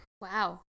Wow